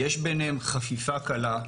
יש ביניהם חפיפה קלה.